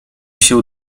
się